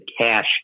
cash